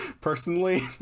personally